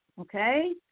okay